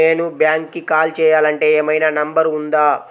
నేను బ్యాంక్కి కాల్ చేయాలంటే ఏమయినా నంబర్ ఉందా?